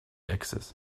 access